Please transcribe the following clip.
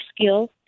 skills